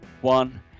one